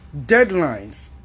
deadlines